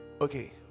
okay